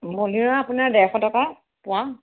বলিয়ৰা আপোনাৰ ডেৰশ টকা পোৱা